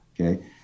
okay